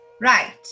Right